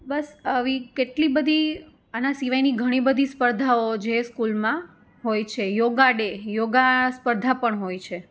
બસ આવી કેટલી બધી આના સિવાયની ઘણી બધી સ્પર્ધાઓ જે સ્કૂલમાં હોય છે યોગા ડે યોગા સ્પર્ધા પણ હોય છે